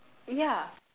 ya